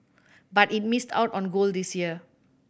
but it missed out on gold this year